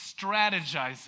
strategizing